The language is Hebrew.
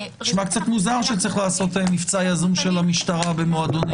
נשמע קצת מוזר שצריך לעשות מבצע יזום של המשטרה במועדונים.